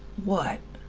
what?